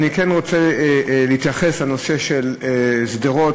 אני כן רוצה להתייחס לנושא של שדרות.